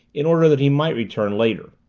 in order that he might return later.